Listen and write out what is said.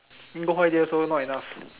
then go holiday also not enough